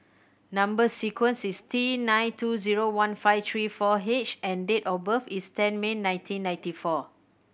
number sequence is T nine two zero one five three four H and date of birth is ten May nineteen ninety four